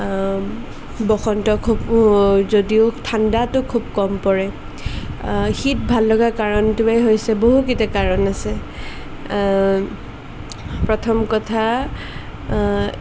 বসন্ত খুব যদিও ঠাণ্ডাটো খুব কম পৰে শীত ভাললগা কাৰণটোৱে হৈছে বহুতকেইটা কাৰণ আছে প্ৰথম কথা